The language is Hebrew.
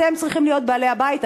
אתם צריכים להיות בעלי-הבית,